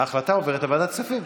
ההחלטה עוברת לוועדת הכספים.